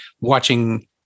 watching